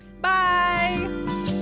bye